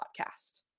podcast